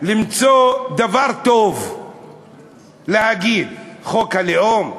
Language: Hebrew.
למצוא דבר טוב להגיד, חוק הלאום?